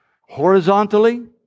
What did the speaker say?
horizontally